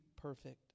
perfect